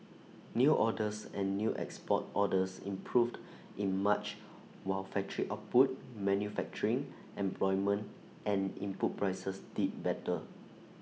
new orders and new export orders improved in March while factory output manufacturing employment and input prices did better